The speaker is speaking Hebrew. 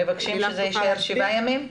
מבקשים שזה יישאר שבעה ימים?